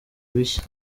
bishya